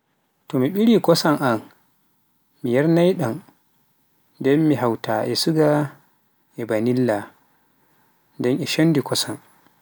to mi ɓiri kosaan an, mi yarnai ɗan, nden mi hawta a suga, e Vanilla nden e shondi Kosaan.